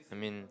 I mean